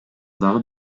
дагы